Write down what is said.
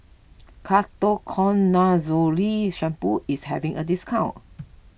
Ketoconazole Shampoo is having a discount